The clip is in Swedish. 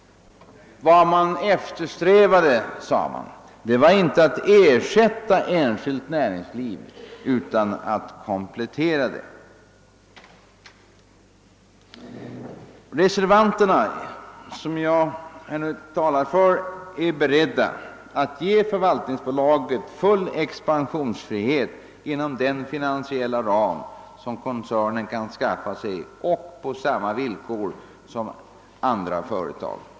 Vad man eftersträvade var inte att ersätta det enskilda näringslivet utan att komplettera det. Reservanterna, som jag här talar för, är beredda att ge förvaltningsbolaget full expansionsfrihet inom den finansiella ram som koncernen kan skaffa sig och på samma villkor som andra företag.